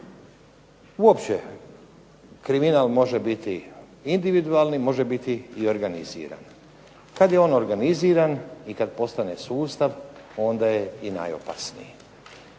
Uopće kriminal može biti individualni, može biti i organiziran. Kad je on organiziran i kad postane sustav onda je i najopasniji.